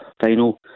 Final